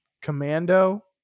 Commando